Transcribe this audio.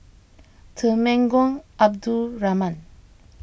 Temenggong Abdul Rahman